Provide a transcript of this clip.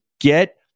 get